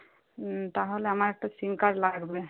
তাহলে আমার একটা সিম কার্ড লাগবে